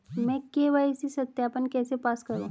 मैं के.वाई.सी सत्यापन कैसे पास करूँ?